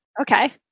Okay